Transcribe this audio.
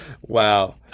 Wow